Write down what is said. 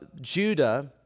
Judah